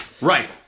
right